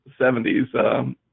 70s